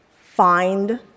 find